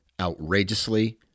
outrageously